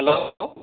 hello